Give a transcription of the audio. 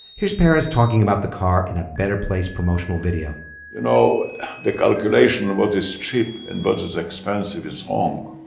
here's peres talking about the car in a better place promotional video you know the calculation of what is cheap and what but is expensive is wrong.